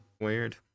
Weird